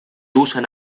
usan